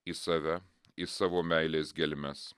į save į savo meilės gelmes